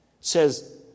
says